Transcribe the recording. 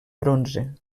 bronze